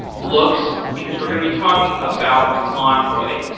looks, because we're going to be talking about envoy,